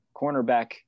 cornerback